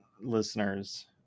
listeners